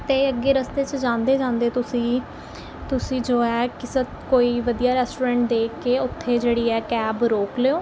ਅਤੇ ਅੱਗੇ ਰਸਤੇ 'ਚ ਜਾਂਦੇ ਜਾਂਦੇ ਤੁਸੀਂ ਤੁਸੀਂ ਜੋ ਹੈ ਕਿਸਤ ਕੋਈ ਵਧੀਆ ਰੈਸਟੋਰੈਂਟ ਦੇਖ ਕੇ ਉੱਥੇ ਜਿਹੜੀ ਹੈ ਕੈਬ ਰੋਕ ਲਿਓ